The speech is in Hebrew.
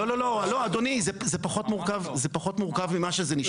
לא, אדוני, זה פחות מורכב ממה שזה נשמע.